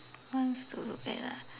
ones to look at ah